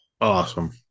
Awesome